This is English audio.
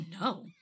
no